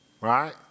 Right